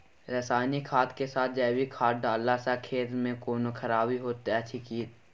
रसायनिक खाद के साथ जैविक खाद डालला सॅ खेत मे कोनो खराबी होयत अछि कीट?